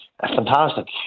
fantastic